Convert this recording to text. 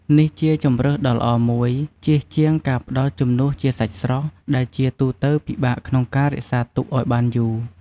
នេះជាជម្រើសដ៏ល្អមួយ ជៀសជាងការផ្តល់ជំនួសជាសាច់ស្រស់ ដែលជាទូទៅពិបាកក្នុងការរក្សាទុកឲ្យបានយូរ។